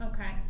Okay